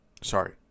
Sorry